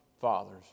fathers